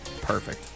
Perfect